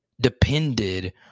depended